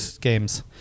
games